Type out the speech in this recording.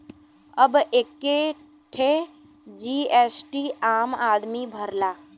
अब एक्के ठे जी.एस.टी आम आदमी भरला